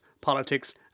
politics